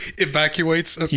evacuates